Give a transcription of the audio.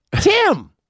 Tim